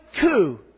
coup